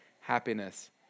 happiness